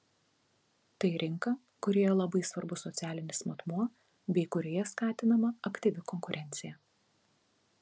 tai rinka kurioje labai svarbus socialinis matmuo bei kurioje skatinama aktyvi konkurencija